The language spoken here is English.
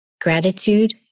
gratitude